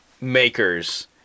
makers